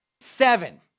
Seven